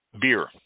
beer